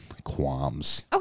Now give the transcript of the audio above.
qualms